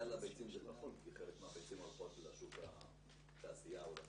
חלק מהביצים הולכות לתעשייה.